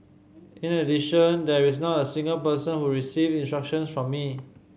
in addition there is not a single person who received instructions from me